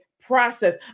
process